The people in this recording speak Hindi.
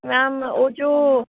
मैम वो जो